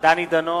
דני דנון,